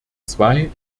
zwei